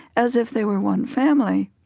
as if they were one family.